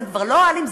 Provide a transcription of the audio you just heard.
זה כבר לא אוהלים,